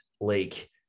Lake